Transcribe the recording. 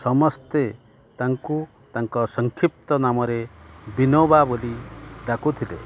ସମସ୍ତେ ତାଙ୍କୁ ତାଙ୍କ ସଂକ୍ଷିପ୍ତ ନାମରେ ବିନୋବା ବୋଲି ଡାକୁଥିଲେ